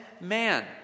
man